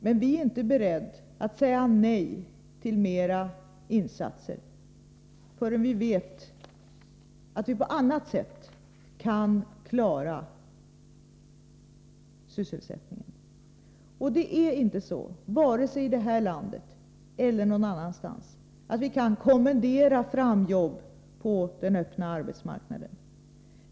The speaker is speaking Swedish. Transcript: Men vi är inte beredda att säga nej till flera insatser förrän vi vet att vi på annat sätt kan klara sysselsättningen. Det är inte så, varken i det här landet eller någon annanstans, att man kan kommendera fram arbeten på den öppna arbetsmarknaden.